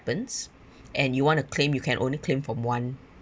happens and you want to claim you can only claim from one